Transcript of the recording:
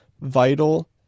vital